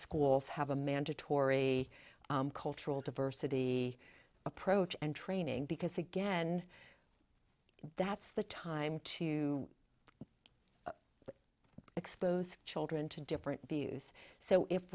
schools have a mandatory cultural diversity approach and training because again that's the time to expose children to different views so if